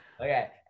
Okay